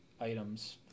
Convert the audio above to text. items